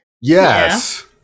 Yes